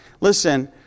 Listen